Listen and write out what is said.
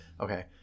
Okay